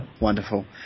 Wonderful